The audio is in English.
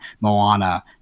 Moana